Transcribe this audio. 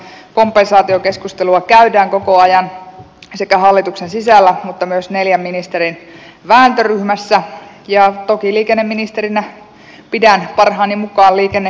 kompensaatiokeskustelua käydään koko ajan sekä hallituksen sisällä että myös neljän ministerin vääntöryhmässä ja toki liikenneministerinä pidän parhaani mukaan liikennejärjestelmän puolta